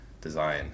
design